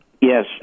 Yes